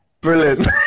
Brilliant